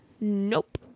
Nope